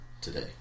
today